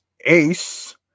Ace